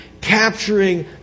capturing